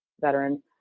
veteran